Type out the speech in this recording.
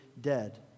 dead